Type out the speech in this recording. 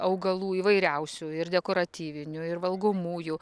augalų įvairiausių ir dekoratyvinių ir valgomųjų